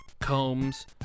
combs